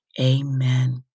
amen